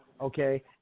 okay